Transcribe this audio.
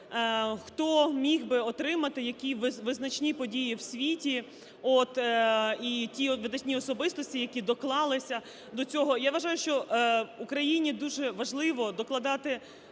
хто міг би отримати, які визначні події в світі, і ті видатні особистості, які доклалися до цього. Я вважаю, що Україні дуже важливо докладати